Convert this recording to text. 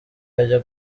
ajya